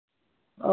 ओ